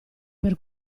per